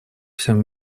всем